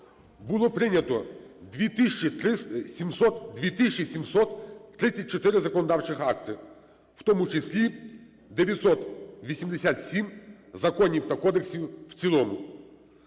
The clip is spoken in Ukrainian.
було прийнято 2734 законодавчих актів, в тому числі 987 законів та кодексів в цілому.